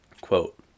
Quote